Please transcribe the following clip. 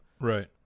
Right